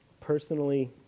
personally